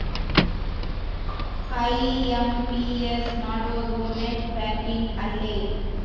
IMPS ಮಾಡೋದು net banking ಅಲ್ಲೆ